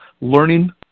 learning